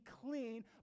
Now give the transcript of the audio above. clean